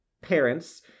parents